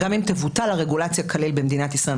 גם אם תבוטל הרגולציה כליל במדינת ישראל,